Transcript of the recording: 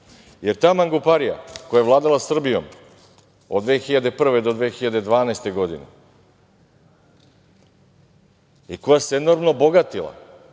jer ta manguparija, koja je vladala Srbijom od 2001. do 2012. godine i koja se enormno bogatila